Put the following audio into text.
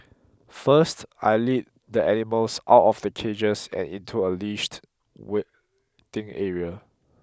first I lead the animals out of the cages and into a leashed waiting area